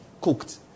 cooked